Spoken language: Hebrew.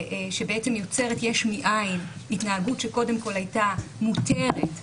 שבעצם יוצרת יש מאין התנהגות שקודם כול הייתה מותרת,